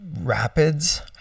rapids